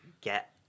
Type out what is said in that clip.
get